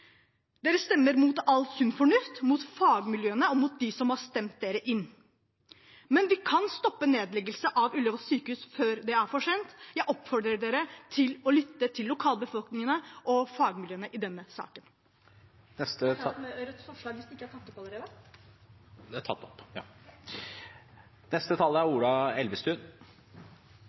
stemmer mot all sunn fornuft, mot fagmiljøene og mot dem som har stemt dem inn. Men vi kan stoppe nedleggelse av Ullevål sykehus før det er for sent. Jeg oppfordrer stortingsrepresentantene til å lytte til lokalbefolkningen og fagmiljøene i denne saken. Dette er ikke en omkamp – dette er en kamp. Det tror jeg regjeringspartiene også skal ta med seg. Dette er